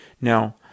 Now